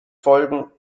folgen